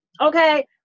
okay